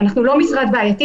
אנחנו לא משרד בעייתי,